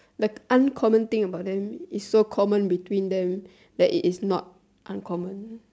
the uncommon thing about them is so common between them that it is not uncommon